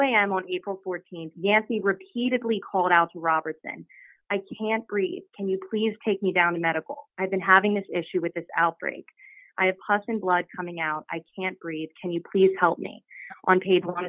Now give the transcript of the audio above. lamb on april th yet the repeatedly called out robertson i can't breathe can you please take me down the medical i've been having this issue with this outbreak i have puss in blood coming out i can't breathe can you please help me on paper on